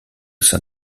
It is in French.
sein